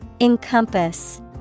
Encompass